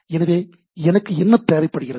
எனவே எனக்கு என்ன தேவைப்படுகிறது